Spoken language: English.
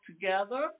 together